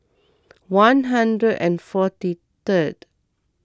one hundred and forty third